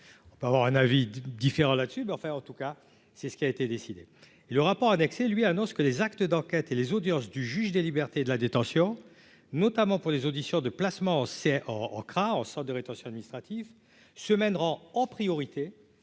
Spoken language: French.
peut avoir un avis différent là-dessus mais enfin en tout cas, c'est ce qui a été décidé. Le rapport annexé lui annonce que des actes d'enquête et les audiences du juge des libertés et de la détention, notamment pour les auditions de placement, c'est en en craint en centre de rétention administrative semaine rend en priorité.